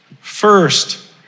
First